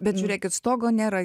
bet žiūrėkit stogo nėra